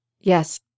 Yes